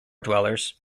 dwellers